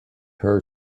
her